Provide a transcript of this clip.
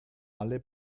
alle